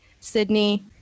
Sydney